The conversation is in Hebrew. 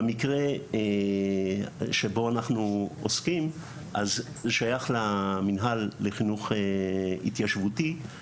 במקרה שבו אנחנו עוסקים- אז זה שייך למינהל לחינוך התיישבותי.